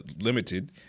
limited